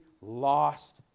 lost